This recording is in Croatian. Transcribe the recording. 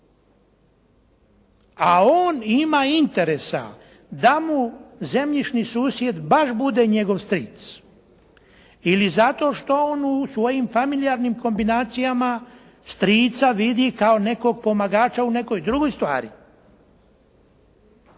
a on ima interesa da mu zemljišni susjed baš bude njegov stric ili zato što on u svojim familijarnim kombinacijama strica vidi kao nekog pomagača u nekoj drugoj stvari